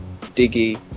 Diggy